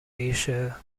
asia